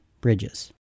bridges